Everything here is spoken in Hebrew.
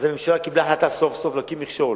אז הממשלה קיבלה החלטה, סוף-סוף, להקים מכשול.